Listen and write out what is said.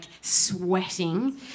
sweating